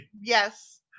Yes